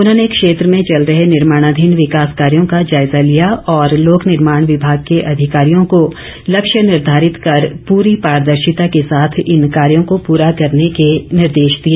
उन्होंने क्षेत्र में चल रहे निर्माणाधीन विकास कार्यों का जायज़ा लिया और लोक निर्माण विभाग के अधिकारियों को लक्ष्य निर्धारित कर पूरी पादर्शिता के साथ इन कार्यों को पूरा करने के निर्देश दिए